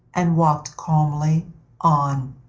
and walked calmly on.